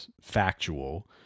factual